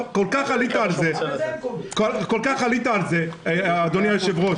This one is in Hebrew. כל כך עלית על זה, אדוני היושב-ראש.